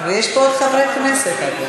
ויש פה חברי כנסת.